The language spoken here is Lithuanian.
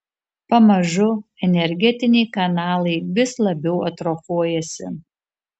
pamažu energetiniai kanalai vis labiau atrofuojasi